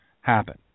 happen